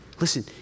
Listen